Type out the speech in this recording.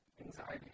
anxiety